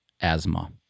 asthma